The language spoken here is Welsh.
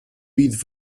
bydd